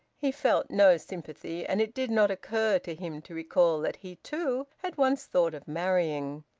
he felt no sympathy, and it did not occur to him to recall that he too had once thought of marrying.